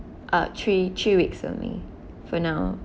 uh three three weeks only for now